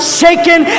shaken